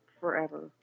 forever